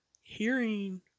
hearing